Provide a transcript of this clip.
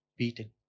Beaten